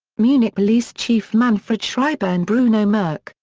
munich police chief manfred schreiber and bruno merk,